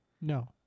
No